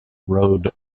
road